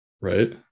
Right